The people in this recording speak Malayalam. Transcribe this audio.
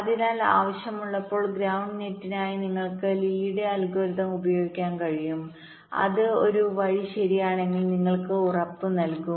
അതിനാൽ ആവശ്യമുള്ളപ്പോൾ ഗ്രൌണ്ട് നെറ്റിനായി നിങ്ങൾക്ക് ലീയുടെ അൽഗോരിതം ഉപയോഗിക്കാൻ കഴിയും അത് ഒരു വഴി ശരിയാണെങ്കിൽ നിങ്ങൾക്ക് ഉറപ്പുനൽകും